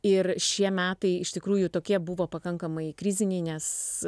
ir šie metai iš tikrųjų tokie buvo pakankamai kriziniai nes